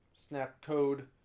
Snapcode